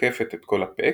עוקפת את כל ה"פאק",